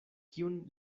kiun